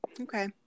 Okay